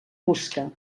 busca